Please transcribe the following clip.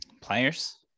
pliers